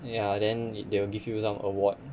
ya then they will give you some award